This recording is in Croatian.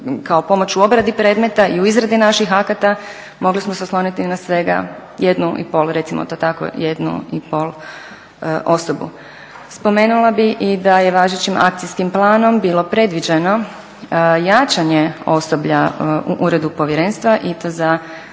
kao pomoć u obradi predmeta i u izradi naših akata mogli smo se osloniti na svega 1,5 recimo to tako, 1,5 osobu. Spomenula bih i da je važećim akcijskim planom bilo predviđeno jačanje osoblja u uredu povjerenstva i to za